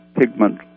pigment